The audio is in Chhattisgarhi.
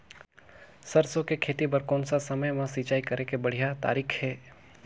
सरसो के खेती बार कोन सा समय मां सिंचाई करे के बढ़िया तारीक हे?